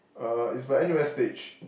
uh it's by N_U_S-stage